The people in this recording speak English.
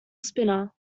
spinner